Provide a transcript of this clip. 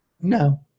no